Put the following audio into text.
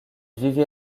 vivait